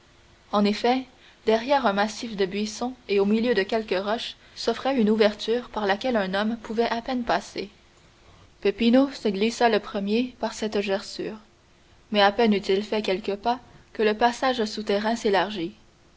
en effet derrière un massif de buissons et au milieu de quelques roches s'offrait une ouverture par laquelle un homme pouvait à peine passer peppino se glissa le premier par cette gerçure mais à peine eut-il fait quelques pas que le passage souterrain s'élargit